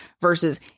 versus